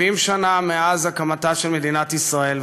ב-70 השנה מאז הקמתה של מדינת ישראל,